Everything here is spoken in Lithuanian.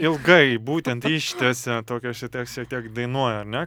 ilgai būtent ištęsia tokio šitą šiek tiek dainuoja ar ne